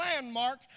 landmark